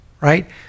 Right